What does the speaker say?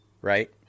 right